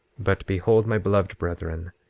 but behold, my beloved brethren,